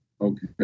Okay